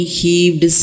heaved